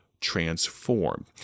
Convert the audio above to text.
transform